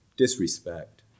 disrespect